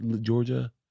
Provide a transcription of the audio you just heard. Georgia